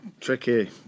tricky